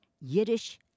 Yiddish